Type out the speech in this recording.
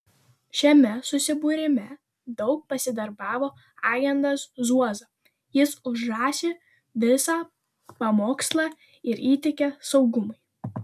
šiame susibūrime daug pasidarbavo agentas zuoza jis užrašė visą pamokslą ir įteikė saugumui